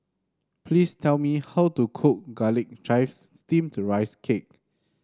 please tell me how to cook Garlic Chives Steamed Rice Cake